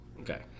Okay